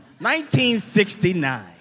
1969